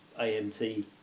AMT